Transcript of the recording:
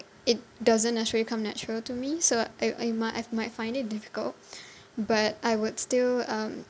it doesn't naturally come natural to me so I I might I've might find it difficult but I would still um